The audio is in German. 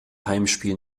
heimspiel